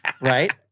Right